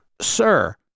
sir